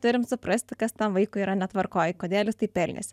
turim suprasti kas tam vaikui yra netvarkoj kodėl jis taip elgiasi